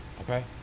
okay